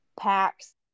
packs